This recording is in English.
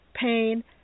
pain